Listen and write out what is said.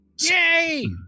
Yay